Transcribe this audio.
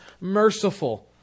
merciful